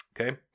okay